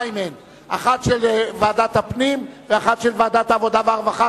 אחת של ועדת הפנים ואחת של ועדת העבודה והרווחה.